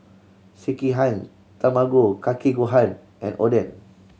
Sekihan Tamago Kake Gohan and Oden